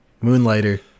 Moonlighter